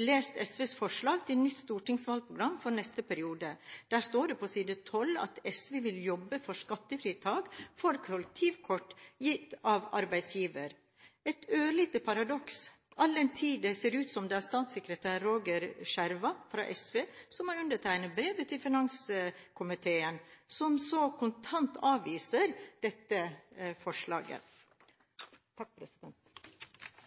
lest SVs forslag til nytt stortingsvalgprogram for neste periode. Der står det på side 12 at SV vil jobbe for skattefritak for kollektivkort gitt av arbeidsgiver – et ørlite parakoks all den tid det ser ut som om det er statssekretær Roger Schjerva fra SV som har undertegnet brevet til finanskomiteen, og som så kontant avviser dette forslaget.